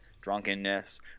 drunkenness